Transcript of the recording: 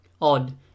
Odd